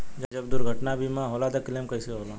जब दुर्घटना बीमा होला त क्लेम कईसे होला?